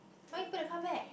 how you gonna come back